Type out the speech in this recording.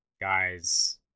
guys